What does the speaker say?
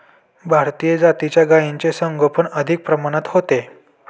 भारतीय जातीच्या गायींचे संगोपन अधिक प्रमाणात होते